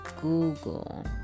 Google